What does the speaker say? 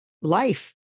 life